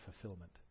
fulfillment